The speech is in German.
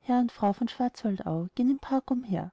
herr und frau von schwarzwaldau gehen im park umher